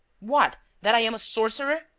what? that i am a sorcerer?